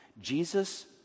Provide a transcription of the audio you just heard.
Jesus